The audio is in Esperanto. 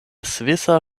svisa